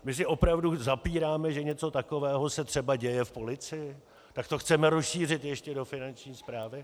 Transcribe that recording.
My si opravdu zapíráme, že něco takového se třeba děje v policii, tak to chceme rozšířit ještě do Finanční správy?